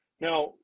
Now